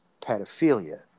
pedophilia